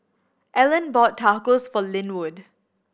Ellen bought Tacos for Linwood